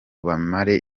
bamare